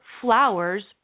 flowers